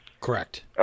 Correct